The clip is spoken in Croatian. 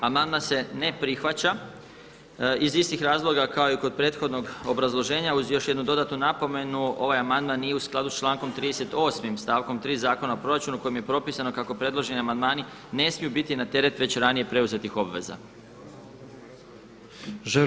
Amandman se ne prihvaća iz istih razloga kao i kod prethodnog obrazloženja uz još jednu dodatnu napomenu ovaj amandman nije u skladu sa člankom 38. stavkom 3. Zakona o proračunu kojim je propisano kako predloženi amandmani ne smiju biti na teret već ranije preuzetih obveza.